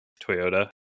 Toyota